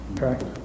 Okay